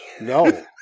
No